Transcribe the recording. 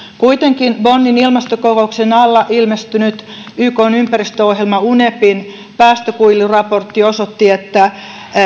kuitenkin bonnin ilmastokokouksen alla ilmestynyt ykn ympäristöohjelma unepin päästökuiluraportti osoitti että